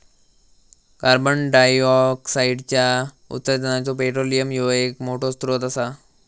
कार्बंडाईऑक्साईडच्या उत्सर्जानाचो पेट्रोलियम ह्यो एक मोठो स्त्रोत असा